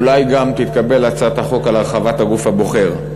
אולי גם תתקבל הצעת החוק על הרחבת הגוף הבוחר.